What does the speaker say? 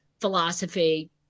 philosophy